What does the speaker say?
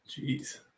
Jeez